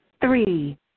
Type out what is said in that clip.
three